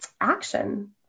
action